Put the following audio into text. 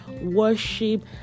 Worship